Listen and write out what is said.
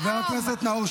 חבר הכנסת נאור שירי.